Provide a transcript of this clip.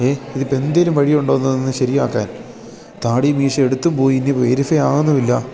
ഏ ഇതി ഇപ്പോൾ എന്തെങ്കിലും വഴിയുണ്ടോ ഒന്ന് ശരിയാക്കാൻ താടി മീശയും എടുത്തും പോയി ഇനി വെരിഫൈ ആവുന്നുമില്ല